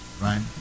right